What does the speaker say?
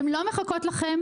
הן לא מחכות לכם,